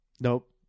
Nope